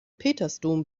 petersdom